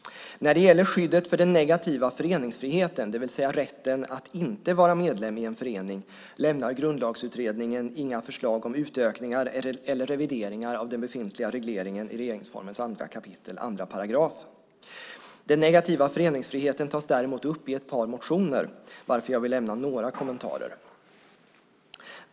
När det gäller skyddet för den negativa föreningsfriheten, det vill säga rätten att inte vara medlem i en förening, lämnar Grundlagsutredningen inga förslag om utökningar eller revideringar av den befintliga regleringen i regeringsformen 2 kap. 2 §. Den negativa föreningsfriheten tas däremot upp i ett par motioner, varför jag vill lämna några kommentarer.